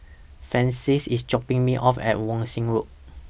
Francis IS dropping Me off At Wan Shih Road